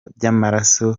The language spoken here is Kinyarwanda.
by’amaraso